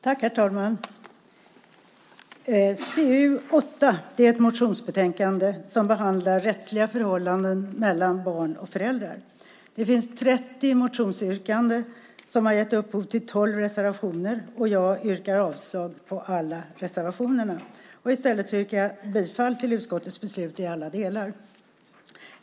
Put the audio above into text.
Herr talman! Civilutskottets betänkande 8 är ett motionsbetänkande där rättsliga förhållanden mellan barn och föräldrar behandlas. Det finns 30 motionsyrkanden som har gett upphov till 12 reservationer, och jag yrkar avslag på alla reservationer. I stället yrkar jag bifall till utskottets förslag i alla delar.